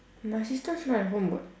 my sister also not at home [what]